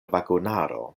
vagonaro